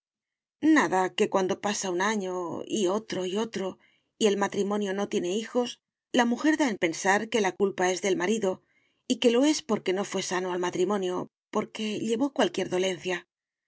nada que cuando pasa un año y otro y otro y el matrimonio no tiene hijos la mujer da en pensar que la culpa es del marido y que lo es porque no fué sano al matrimonio porque llevó cualquier dolencia